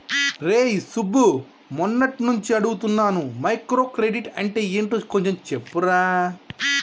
రేయ్ సుబ్బు, మొన్నట్నుంచి అడుగుతున్నాను మైక్రో క్రెడిట్ అంటే యెంటో కొంచెం చెప్పురా